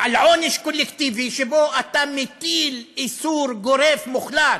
על עונש קולקטיבי שבו אתה מטיל איסור גורף, מוחלט,